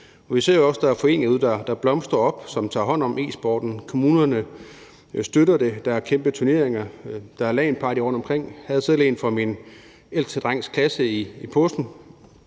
Vi ser jo også, at der er foreninger derude, der blomstrer op og tager hånd om e-sporten. Kommunerne støtter det, og der er kæmpe turneringer. Der er LAN-partyer rundtomkring – jeg havde selv et for min ældste drengs klasse i påsken.